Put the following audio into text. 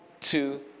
two